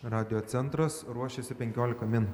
radijo centras ruošiasi penkiolika min